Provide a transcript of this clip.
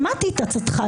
שמעתי לעצתך,